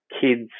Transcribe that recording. kids